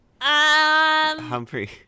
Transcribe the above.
Humphrey